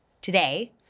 Today